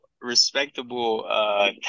respectable